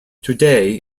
today